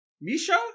Misha